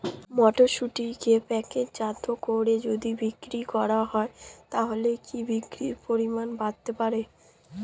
মটরশুটিকে প্যাকেটজাত করে যদি বিক্রি করা হয় তাহলে কি বিক্রি পরিমাণ বাড়তে পারে?